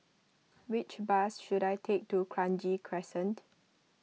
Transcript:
which bus should I take to Kranji Crescent